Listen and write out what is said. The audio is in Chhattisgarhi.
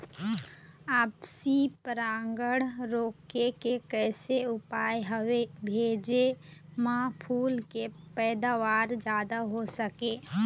आपसी परागण रोके के कैसे उपाय हवे भेजे मा फूल के पैदावार जादा हों सके?